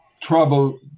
trouble